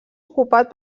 ocupat